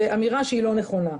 זו אמירה שהיא לא נכונה.